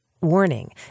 Warning